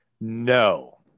No